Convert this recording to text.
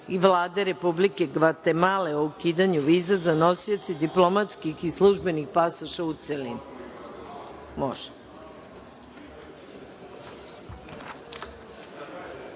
i Vlade Republike Gvatemale o ukidanju viza za nosioce diplomatskih i službenih pasoša, u celini. Zaključujem